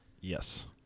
Yes